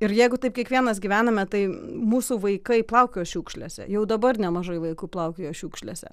ir jeigu taip kiekvienas gyvename tai mūsų vaikai plaukioja šiukšlėse jau dabar nemažai vaikų plaukioja šiukšlėse